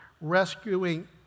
rescuing